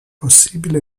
possibili